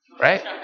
right